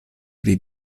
pri